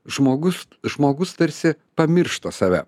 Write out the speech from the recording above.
žmogus žmogus tarsi pamiršta save